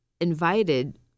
invited